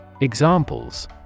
Examples